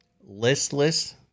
listless